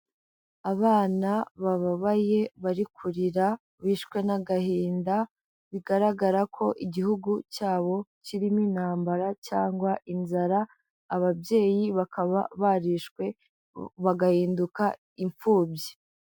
Abana bababaye bari kurira bishwe n'agahinda bigaragara ko igihugu cyabo kirimo intambara cyangwa inzara ababyeyi bakaba barishwe bagahinduka imfubyi.